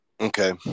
Okay